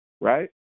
right